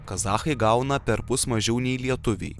kazachai gauna perpus mažiau nei lietuviai